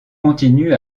continue